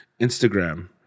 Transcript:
Instagram